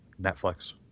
Netflix